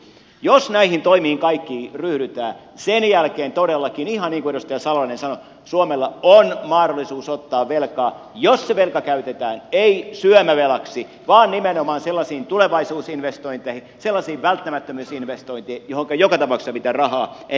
jos näihin toimiin kaikki yrittää sen jälkeen todellakin ihan niin kuin edustaja salolainen sanoi suomella on mahdollisuus ottaa velkaa jos se velka käytetään ei syömävelaksi vaan nimenomaan sellaisiin tulevaisuusinvestointeihin sellaisiin välttämättömyysinvestointeihin joihinka joka tapauksessa pitää rahaa ennen pitkää käyttää